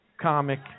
comic